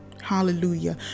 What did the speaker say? Hallelujah